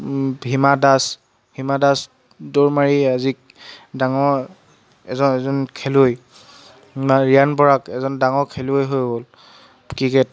ভীমা দাস হিমা দাস দৌৰ মাৰি আজি ডাঙৰ এজন এজন খেলুৱৈ আমাৰ ৰিয়ান পৰাগ এজন ডাঙৰ খেলুৱৈ হৈ গ'ল ক্ৰিকেট